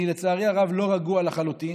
לצערי הרב, אני לא רגוע לחלוטין.